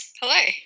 Hello